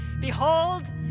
Behold